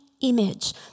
image